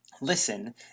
Listen